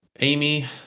Amy